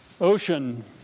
ocean